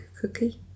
cookie